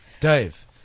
Dave